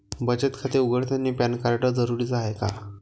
बचत खाते उघडतानी पॅन कार्ड जरुरीच हाय का?